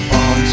on